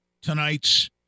tonight's